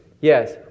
Yes